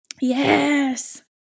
Yes